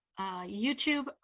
YouTube